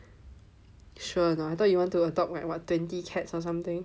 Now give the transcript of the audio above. sure a not I thought you want to adopt like what twenty cats or something